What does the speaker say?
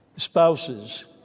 Spouses